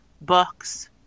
books